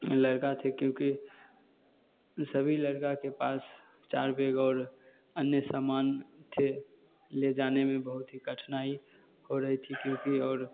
लड़का थे क्योंकि सभी लड़का के पास चार बैग और अन्य समान थे ले जाने में बहुत ही कठिनाई हो रही थी क्योंकि और